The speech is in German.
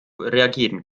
reagieren